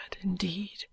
indeed